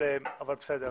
אבל, בסדר.